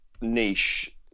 niche